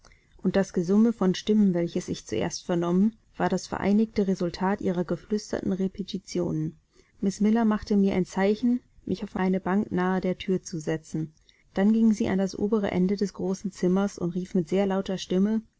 und das gesumme von stimmen welches ich zuerst vernommen war das vereinigte resultat ihrer geflüsterten repetitionen miß miller machte mir ein zeichen mich auf eine bank nahe der thür zu setzen dann ging sie an das obere ende des großen zimmers und rief mit sehr lauter stimme